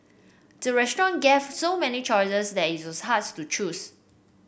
the restaurant gave so many choices that it harsh to choose